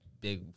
big